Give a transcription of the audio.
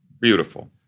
Beautiful